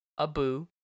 Abu